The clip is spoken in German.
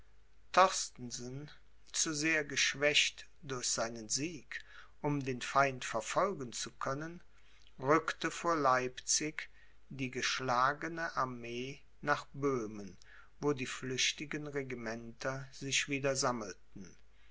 torstenson zu sehr geschwächt durch seinen sieg um den feind verfolgen zu können rückte vor leipzig die geschlagene armee nach böhmen wo die flüchtigen regimenter sich wieder sammelten